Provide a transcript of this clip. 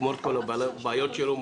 יגמור את כל הבעיות שלו.